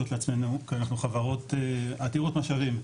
לעצמנו כי אנחנו חברות עתירות משאבים,